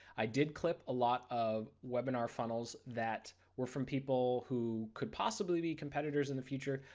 i did clip a lot of webinar funnels that were from people who could possibly be competitors in the future,